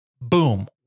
Boom